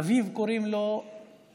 אביו, קוראים לו יעקב.